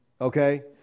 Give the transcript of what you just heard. Okay